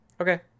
Okay